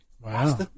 wow